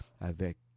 avec